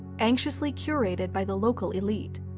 anxiously curated by the local elite.